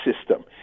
system